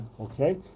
Okay